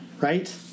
right